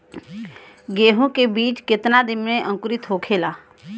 गेहूँ के बिज कितना दिन में अंकुरित होखेला?